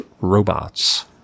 robots